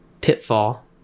Pitfall